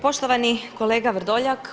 Poštovani kolega Vrdoljak.